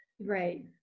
Right